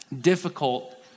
difficult